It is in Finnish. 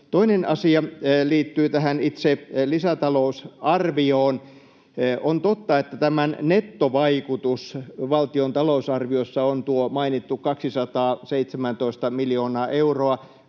Toinen asia liittyy tähän itse lisätalousarvioon. On totta, että tämän nettovaikutus valtion talousarviossa on tuo mainittu 217 miljoonaa euroa.